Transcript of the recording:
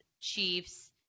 Chiefs